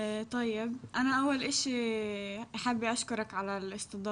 (מדברת בערבית, דבריה מתורגמים ע"י עאליה עודה)